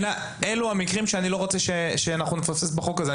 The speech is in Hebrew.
אלו המקרים שאני לא רוצה שנפספס בחוק הזה.